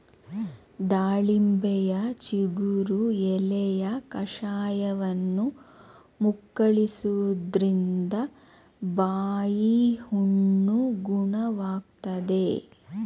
ದಾಳಿಂಬೆಯ ಚಿಗುರು ಎಲೆಯ ಕಷಾಯವನ್ನು ಮುಕ್ಕಳಿಸುವುದ್ರಿಂದ ಬಾಯಿಹುಣ್ಣು ಗುಣವಾಗ್ತದೆ